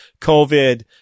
COVID